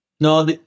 No